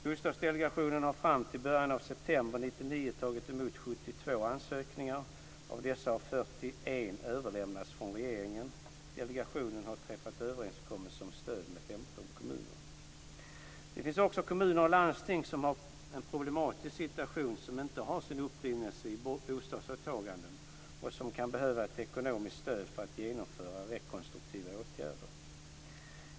Bostadsdelegationen har fram till början av september 1999 tagit emot 72 ansökningar. Av dessa har 41 överlämnats från regeringen. Delegationen har träffat överenskommelser om stöd med 15 kommuner. Det finns också kommuner och landsting som har en problematisk situation som inte har sin upprinnelse i bostadsåtaganden och som kan behöva ett ekonomiskt stöd för att genomföra rekonstruktiva åtgärder.